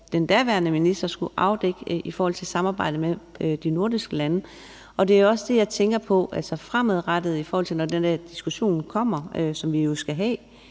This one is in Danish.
den daværende minister skulle afdække det i forhold til samarbejdet med de nordiske lande. Og det jo også det, jeg tænker på fremadrettet, altså når den diskussion, som vi jo skal have